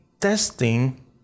testing